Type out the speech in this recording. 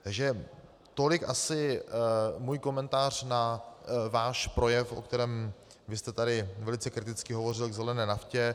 Takže tolik asi můj komentář na váš projev, ve kterém jste tady velice kriticky hovořil k zelené naftě.